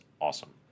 awesome